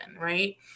right